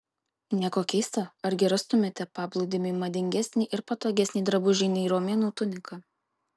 nieko keista argi rastumėte paplūdimiui madingesnį ir patogesnį drabužį nei romėnų tunika